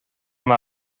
mae